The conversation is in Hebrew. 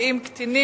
מופיעים קטינים),